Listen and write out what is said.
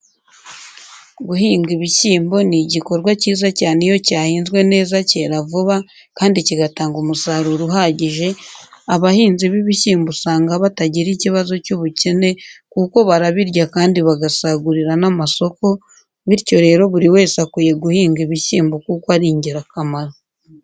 Guhinga ibishyimbo ni igikorwa cyiza cyane iyo cyahinzwe neza kera vuba kandi kigatanga umusaruro uhagije, abahinzi bibishyimbo usanga batagira ikibazo cyubukene kuko barabirya kandi bagasagurira n'amasoko, bityo rero buri wese akwiye guhinga ibishyimbo kuko ari ingirakamaro.